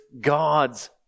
God's